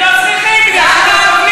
הם לא צריכים שם מקווה,